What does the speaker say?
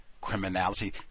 criminality